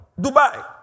Dubai